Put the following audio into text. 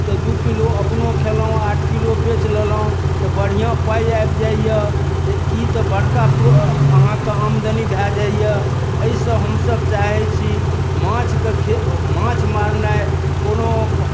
तऽ दू किलो अपनो खयलहुँ आठ किलो बेचि लेलहुँ तऽ बढ़िआँ पाइ आबि जाइए तऽ ई तऽ बड़का प्रो अहाँकेँ आमदनी भए जाइए एहिसँ हमसभ चाहैत छी माछके खे माछ मारनाइ कोनो